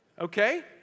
Okay